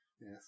Yes